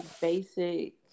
basic